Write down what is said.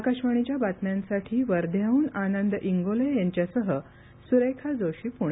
आकाशवाणीच्या बातम्यांसाठी वर्ध्याह्न आनंद इंगोले यांच्यासह सुरेखा जोशी पुणे